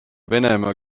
venemaa